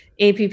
APP